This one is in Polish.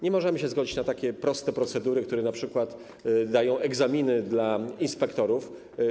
Nie możemy się zgodzić na takie proste procedury, które np. dają egzaminy dla inspektorów.